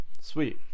sweet